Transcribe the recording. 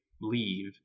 leave